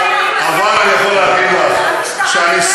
אבל אני יכול להגיד לך שהניסיון,